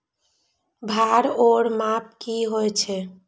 भार ओर माप की होय छै?